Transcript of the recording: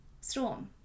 Storm